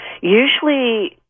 Usually